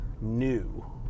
new